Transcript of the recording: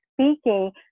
speaking